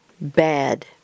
bad